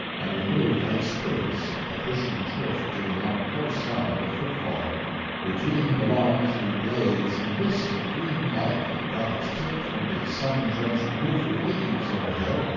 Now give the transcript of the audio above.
and we moved like spirits, the cushioned turf giving out no sound of footfall we dreamed along through glades in a mist of green light that got its tint from the sun-drenched roof of leaves overhead,